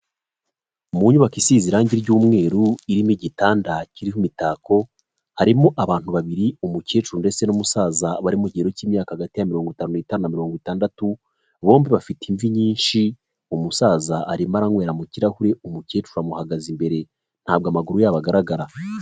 Mu nyubako isize irangi ry'umweru irimo igitanda kiriho imitako harimo abantu babiri umukecuru ndetse n'umusaza bari mu gihe cy'imyaka hagati ya mirongo itanu n'itanu na mirongo itandatu bombi bafite imvi nyinshi umusaza arimo anywera mu kirahure umukecuru amuhagaze imbere ntabwo amaguru yabo agaragara.